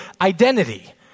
identity